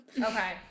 Okay